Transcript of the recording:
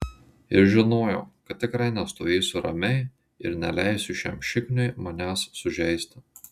ir žinojau kad tikrai nestovėsiu ramiai ir neleisiu šiam šikniui manęs sužeisti